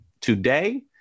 today